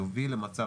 יוביל למצב,